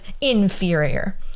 inferior